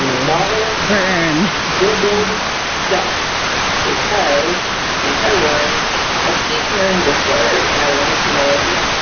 notter burn google sex because in her words, i keep hearing this word and i want you to know it